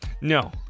No